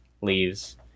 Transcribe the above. leaves